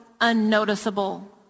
unnoticeable